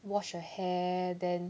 wash your hair then